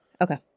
Okay